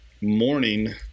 morning